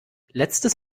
letztes